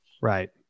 Right